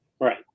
Right